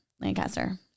Lancaster